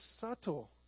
subtle